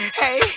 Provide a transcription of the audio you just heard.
hey